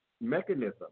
mechanism